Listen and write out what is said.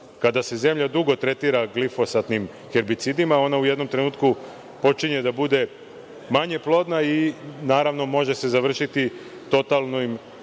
Kada se zemlja dugo tretira glifosadnim herbicidima, ona u jednom trenutku počinje da bude manje plodna i, naravno, može se završiti totalno